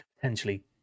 potentially